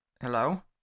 hello